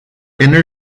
inner